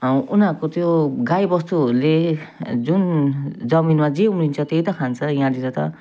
उनीहरूको त्यो गाईबस्तुहरूले जुन जमिनमा जे उम्रिन्छ त्यही त खान्छ यहाँनिर त